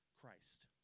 Christ